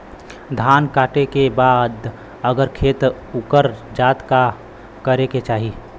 धान कांटेके बाद अगर खेत उकर जात का करे के चाही?